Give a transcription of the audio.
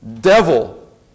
devil